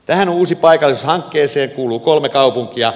tähän uusi paikallisuus hankkeeseen kuuluu kolme kaupunkia